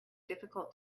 difficult